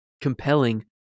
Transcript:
compelling